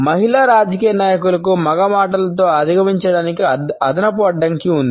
మహిళ రాజకీయ నాయకులకు మగ మాటలతో అధిగమించడానికి అదనపు అడ్డంకి ఉంది